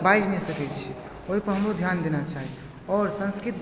बाजि नहि सकै छी ओहिपर हमरो ध्यान देना चाही आओर संस्कृत